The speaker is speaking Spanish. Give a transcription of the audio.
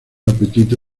apetito